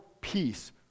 peace